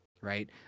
right